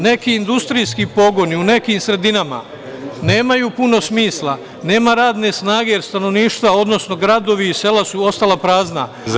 Neki industrijski pogoni u nekim sredinama nemaju puno smisla, nema radne snage, jer stanovništva, odnosno gradovi i sela su ostala prazna.